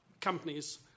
companies